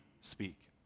speak